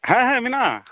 ᱦᱮᱸ ᱦᱮᱸ ᱢᱮᱱᱟᱜᱼᱟ